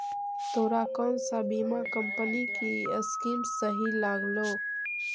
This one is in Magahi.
तोरा कौन सा बीमा कंपनी की स्कीम सही लागलो